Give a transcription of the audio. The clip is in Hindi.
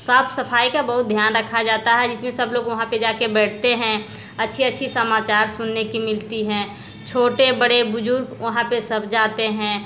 साफ़ सफ़ाई का बहुत ध्यान रखा जाता है जिसमें सब लोग वहाँ पर जा कर बैठते हैं अच्छे अच्छे समाचार सुनने की मिलते हैं छोटे बड़े बुज़ुर्ग वहाँ पर सब जाते हैं